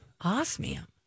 Osmium